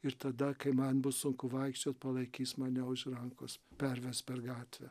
ir tada kai man bus sunku vaikščiot palaikys mane už rankos perves per gatvę